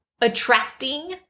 attracting